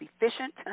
efficient